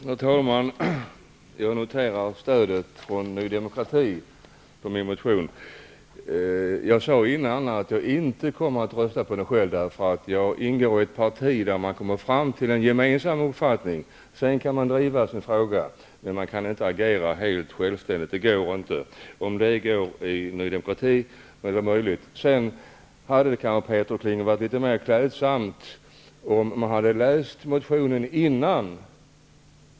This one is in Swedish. Fru talman! Jag noterar stödet för min motion från Ny demokrati. Jag sade tidigare att jag inte kommer att rösta för den själv. Jag ingår i ett parti där man kommer fram till en gemensam uppfattning. Man kan driva en fråga, men man kan inte agera helt självständigt. Det går inte hos oss, möjligen går det i Ny demokrati. Det hade kanske, Peter Kling, varit litet mer klädsamt om man hade läst motionen tidigare.